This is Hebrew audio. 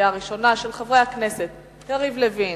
של חברי הכנסת יריב לוין,